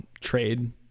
trade